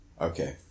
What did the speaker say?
Okay